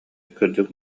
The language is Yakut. кырдьык